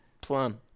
plum